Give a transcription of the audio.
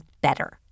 better